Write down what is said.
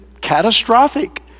catastrophic